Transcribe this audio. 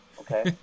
okay